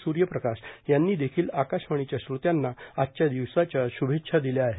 सुर्यप्रकाश्र यांनी देखिल आकाशवाणीच्या श्रोत्यांना आजच्या दिवसाच्या श्रुभेच्छा दिल्या आहेत